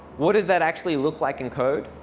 what does that actually look like in code?